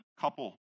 couple